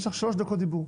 יש לך שלוש דקות דיבור.